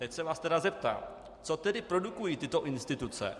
Teď se vás tedy zeptám: Co tedy produkují tyto instituce?